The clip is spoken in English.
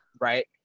Right